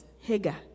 Hagar